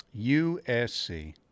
USC